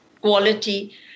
quality